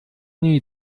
niej